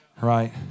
right